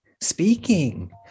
speaking